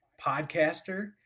podcaster